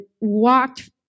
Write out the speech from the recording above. walked